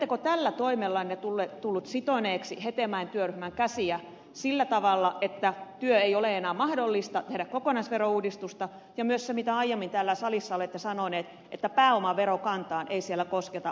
oletteko tällä toimellanne tullut sitoneeksi hetemäen työryhmän käsiä sillä tavalla että ei ole enää mahdollista tehdä kokonaisverouudistusta ja onko myös se voimassa mitä aiemmin täällä salissa olette sanonut että pääomaverokantaan ei siellä kosketa